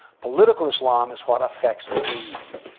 political islam is what affects me.